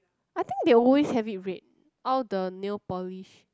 I think they always have it red all the nail polish